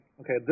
Okay